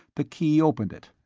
the key opened it.